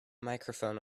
microphone